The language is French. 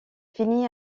finit